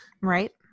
Right